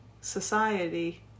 society